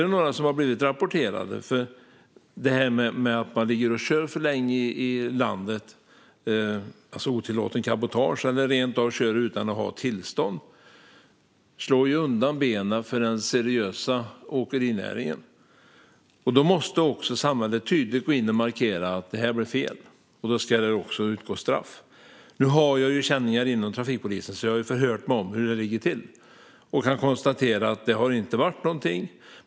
Det slår ju undan benen för den seriösa åkerinäringen om man ligger och kör för länge här i landet, det vill säga har otillåten cabotage, eller rent av kör utan tillstånd. Samhället måste tydligt markera och säga att det är fel, och då ska även straff utgå. Jag har känningar inom trafikpolisen och har förhört mig om hur det ligger till. Jag kan konstatera att det inte har blivit någonting.